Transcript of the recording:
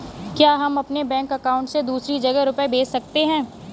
क्या हम अपने बैंक अकाउंट से दूसरी जगह रुपये भेज सकते हैं?